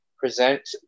present